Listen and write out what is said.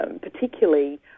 particularly